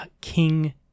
king